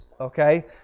okay